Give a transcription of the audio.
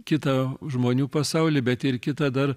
kitą žmonių pasaulį bet ir kitą dar